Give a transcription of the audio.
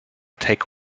take